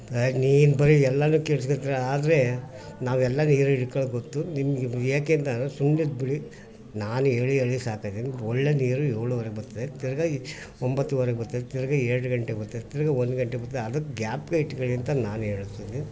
ನೀನು ಬರೀ ಎಲ್ಲ ಕೇಳಿಸ್ಕೋತಿರ ಆದರೆ ನಾವೆಲ್ಲ ನೀರು ಹಿಡ್ಕೊಳೊದು ಗೊತ್ತು ನಿಮಗೆ ಏಕಂತಂದ್ರೆ ಸುಮ್ಮನಿದ್ಬಿಡಿ ನಾವು ಹೇಳಿ ಹೇಳಿ ಸಾಕಾಯಿತು ನಿಮ್ಗೆ ಒಳ್ಳೆಯ ನೀರು ಏಳುವರೆಗೆ ಬತ್ತದೆ ತಿರ್ಗಿ ಒಂಬತ್ತುವರೆಗೆ ಬತ್ತದೆ ತಿರ್ಗಿ ಎರಡು ಗಂಟೆಗೆ ಬತ್ತದೆ ತಿರ್ಗಿ ಒಂದು ಗಂಟೆಗೆ ಬತ್ತದೆ ಅದು ಜ್ಞಾಪಕ ಇಟ್ಕೋಳಿ ಅಂತ ನಾನು ಹೇಳ್ತೀನಿ